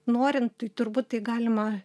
norint tai turbūt tai galima